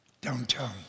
downtown